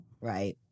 Right